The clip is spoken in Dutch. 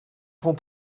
vond